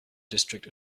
district